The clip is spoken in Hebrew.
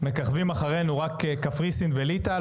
ואחרינו מככבות רק קפריסין וליטא.